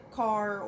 car